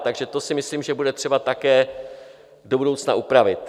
Takže to si myslím, že bude třeba také do budoucna upravit.